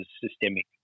systemic